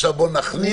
עכשיו בואו נכניע,